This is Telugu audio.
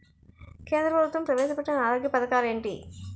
కేంద్ర ప్రభుత్వం ప్రవేశ పెట్టిన ఆరోగ్య పథకాలు ఎంటి?